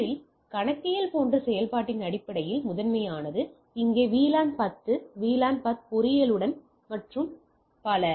முதலில் கணக்கியல் போன்ற செயல்பாட்டின் அடிப்படையில் முதன்மையானது இங்கே VLAN 10 இங்கே VLAN 10 பொறியியல் மற்றும் பல